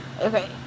Okay